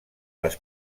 les